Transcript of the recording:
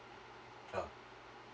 sure